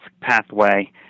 pathway